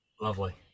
Lovely